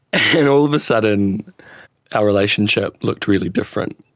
and all of a sudden our relationship looked really different.